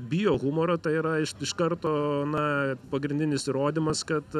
bijo humoro tai yra iš iš karto na pagrindinis įrodymas kad